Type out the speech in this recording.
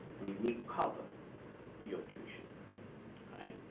we will cover your tuition, all right?